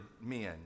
men